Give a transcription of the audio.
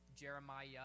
Jeremiah